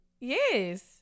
Yes